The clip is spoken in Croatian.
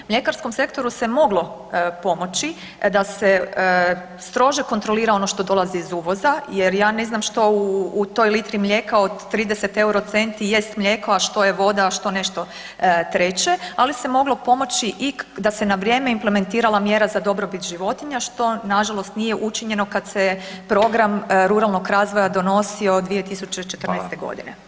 Mljekarskom sektoru se moglo pomoći da se strože kontrolira ono što dolazi iz uvoza jer ja ne znam što u toj litri mlijeka od 30 euro centi jest mlijeko a što voda a što nešto treće ali se moglo pomoći da se na vrijeme implementirala mjera za dobrobit životinja, što nažalost učinjeno kad se program ruralnog razvoja donosio 2014. godine.